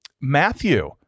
Matthew